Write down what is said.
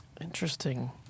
interesting